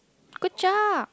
good job